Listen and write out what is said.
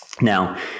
Now